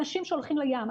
אנשים שהולכים לים,